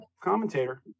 commentator